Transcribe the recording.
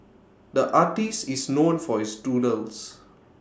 the artist is known for his doodles